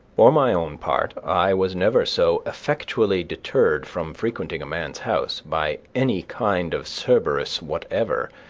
for my own part, i was never so effectually deterred from frequenting a man's house, by any kind of so cerberus whatever,